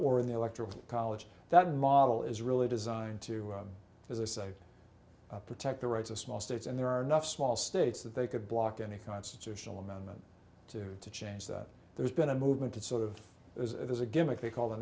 work in the electoral college that model is really designed to as i say protect the rights of small states and there are enough small states that they could block any constitutional amendment to to change that there's been a movement to sort of as it is a gimmick they call the